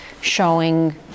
showing